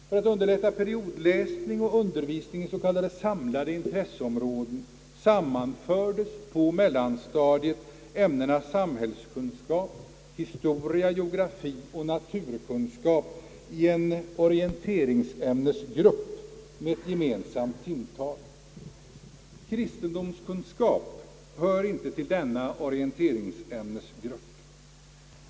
För att underlätta periodläsning och undervisning i s.k. samlade intresseområden sammanfördes på mellanstadiet ämnena samhällskunskap, historia, geografi och naturkunskap i en orienteringsämnesgrupp med ett gemensamt timtal. Kristendomskunskap hör inte till denna orienteringsämnesgrupp.